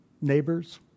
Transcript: neighbors